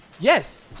Yes